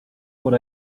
what